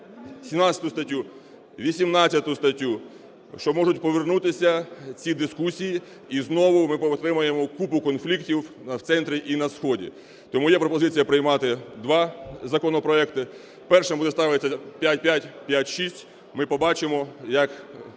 17 статтю, 18 статтю, що можуть повернутися ці дискусії і знову ми отримаємо купу конфліктів в центрі і на сході. Тому є пропозиція приймати два законопроекти. Першим буде ставитись 5556, ми побачимо, як